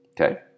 okay